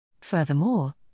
Furthermore